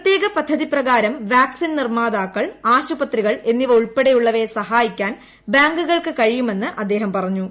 പ്രത്യേക പദ്ധതി പ്രകാരം വാക്സിൻ നിർമാതാക്കൾ ആശുപത്രികൾ എന്നിവ ഉൾപ്പെടെയുള്ളവയെ സഹായിക്കാൻ ബാങ്കുകൾക്ക് കഴിയുമെന്ന് അദ്ദേഹം പറഞ്ഞു